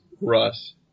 Russ